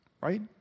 right